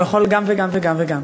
הוא יכול גם, גם, גם וגם.